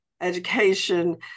education